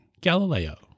Galileo